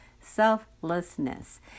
selflessness